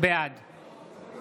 בעד